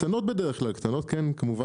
קטנות בדרך כלל, כמובן,